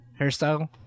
hairstyle